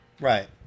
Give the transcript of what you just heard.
right